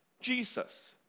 Jesus